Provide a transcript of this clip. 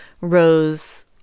rose